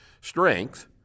Strength